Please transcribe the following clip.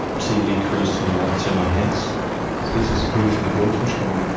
tv crews turning up to my house. so this is grief in a gold fish bowl?